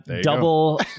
double